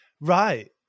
Right